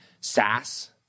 SaaS